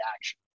action